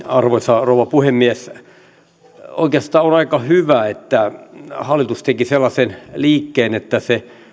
arvoisa rouva puhemies oikeastaan on aika hyvä että hallitus teki sellaisen liikkeen että se